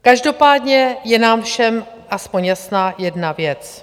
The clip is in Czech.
Každopádně je nám všem aspoň jasná jedna věc.